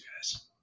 guys